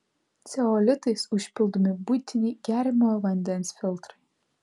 ceolitais užpildomi buitiniai geriamojo vandens filtrai